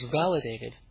validated